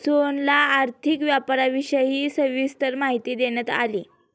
सोहनला आर्थिक व्यापाराविषयी सविस्तर माहिती देण्यात आली